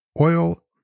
oil